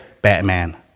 Batman